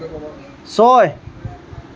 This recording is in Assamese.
ছয়